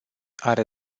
are